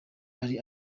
ari